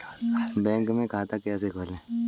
Bank में खाता कैसे खोलें?